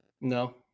No